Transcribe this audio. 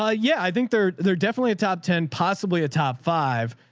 ah yeah, i think they're, they're definitely a top ten, possibly a top five.